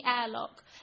airlock